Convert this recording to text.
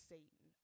Satan